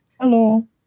Hello